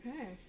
Okay